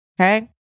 okay